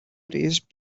erase